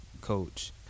coach